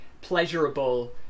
pleasurable